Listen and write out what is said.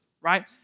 right